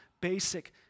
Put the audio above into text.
basic